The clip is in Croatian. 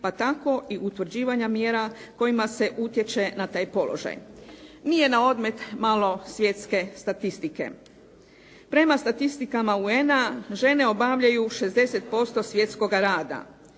pa tako i utvrđivanja mjera kojima se utječe na taj položaj. Nije na odmet malo svjetske statistike. Prema statistikama UN-a žene obavljaju 60% svjetskoga rada.